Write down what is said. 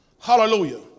Hallelujah